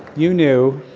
you knew.